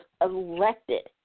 elected